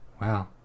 Wow